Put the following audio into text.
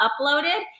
uploaded